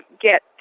get